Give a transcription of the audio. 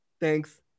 Thanks